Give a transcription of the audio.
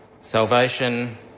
salvation